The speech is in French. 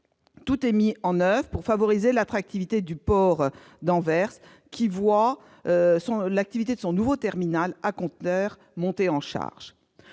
Tout y est mis en oeuvre pour favoriser l'attractivité du port, qui voit l'activité de son nouveau terminal à conteneurs monter en charge.